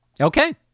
Okay